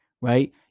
right